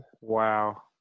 Wow